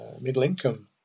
middle-income